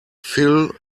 fill